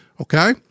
Okay